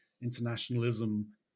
internationalism